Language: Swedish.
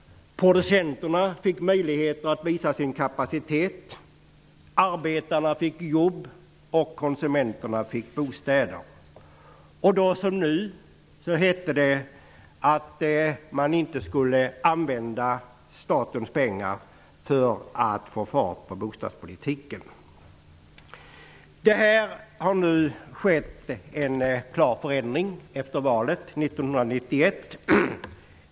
Producenterna fick möjlighet att visa sin kapacitet. Arbetarna fick jobb, och konsumenterna fick bostäder. Då som nu hette det att man inte skulle använda statens pengar för att få fart på bostadspolitiken. Efter valet 1991 har det nu skett en klar förändring.